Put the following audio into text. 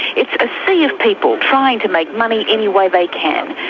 it's a sea of people trying to make money any way they can,